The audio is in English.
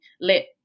let